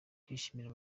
ndashimira